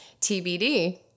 TBD